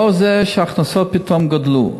לאור זה שההכנסות פתאום גדלו,